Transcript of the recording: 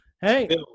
hey